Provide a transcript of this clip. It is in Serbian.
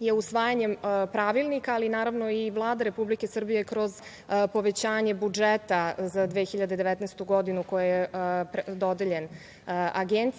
je usvajanjem Pravilnika, ali naravno i Vlada Republike Srbije kroz povećanje budžeta za 2019. godinu koji je dodeljen Agenciji